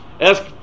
ask